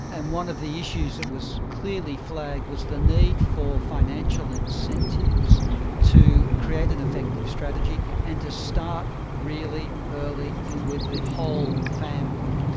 and one of the issues that was clearly flagged was the need for financial incentives to create an effective strategy and to start really early and with the whole family.